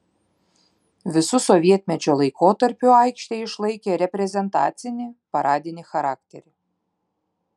visu sovietmečio laikotarpiu aikštė išlaikė reprezentacinį paradinį charakterį